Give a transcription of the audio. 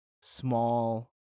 small